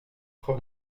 trop